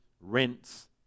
rents